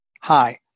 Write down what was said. Hi